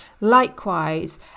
Likewise